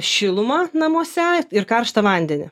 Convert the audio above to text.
šilumą namuose ir karštą vandenį